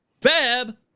fab